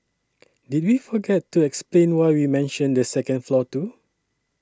did we forget to explain why we mentioned the second floor too